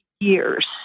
years